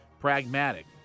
pragmatic